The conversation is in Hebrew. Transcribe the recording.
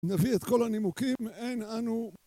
נביא את כל הנימוקים, אין אנו...